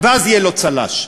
ואז יהיה לו צל"ש.